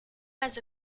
has